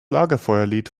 lagerfeuerlied